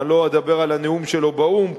ואני לא אדבר על הנאום שלו באו"ם,